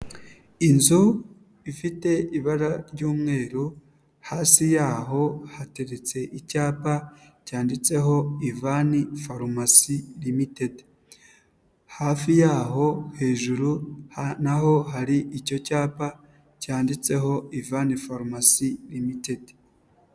Inzu ifite ibara ry'umweru, hasi yaho hateretse icyapa cyanditseho Ivan Pharmacy Ltd, hafi yaho hejuru naho hari icyo cyapa cyanditseho Ivan Pharmacy Ltd.